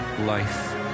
life